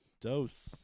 Dose